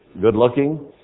good-looking